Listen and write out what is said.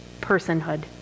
personhood